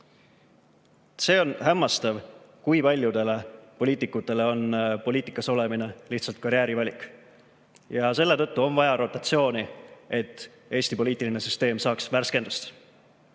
See on hämmastav, kui paljudele poliitikutele on poliitikas olemine lihtsalt karjäärivalik. Ja selle tõttu on vaja rotatsiooni, et Eesti poliitiline süsteem saaks värskendust.